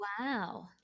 Wow